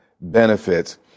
benefits